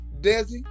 Desi